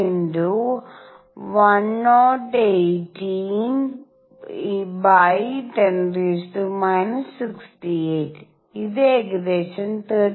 6 × 10−76 × 81× 101810⁻⁶⁸ അത് ഏകദേശം 13